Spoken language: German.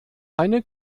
eine